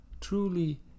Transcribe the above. truly